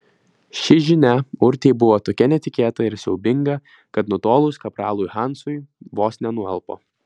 ši žinia urtei buvo tokia netikėta ir siaubinga kad nutolus kapralui hansui vos nenualpo